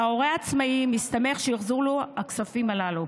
וההורה העצמאי מסתמך על כך שיוחזרו לו הכספים הללו.